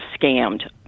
scammed